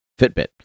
fitbit